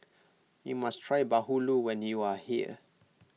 you must try Bahulu when you are here